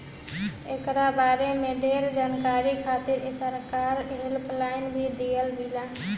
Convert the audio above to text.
एकरा बारे में ढेर जानकारी खातिर सरकार हेल्पलाइन भी देले बिया